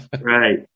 Right